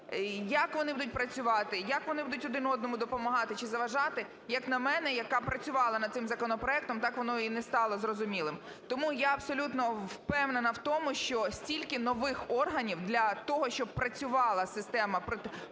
Як вони будуть працювати, як вони будуть один одному допомагати чи заважати, як на мене, яка працювала над цим законопроектом, так воно і не стало зрозумілим. Тому я абсолютно впевнена в тому, що стільки нових органів для того, щоб працювала система протимінна